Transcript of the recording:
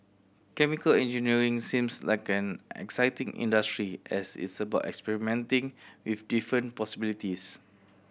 chemical engineering seems like an exciting industry as it's about experimenting with different possibilities